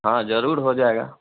हाँ ज़रूर हो जाएगा